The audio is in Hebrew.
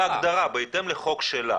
זו ההגדרה, בהתאם לחוק שלה.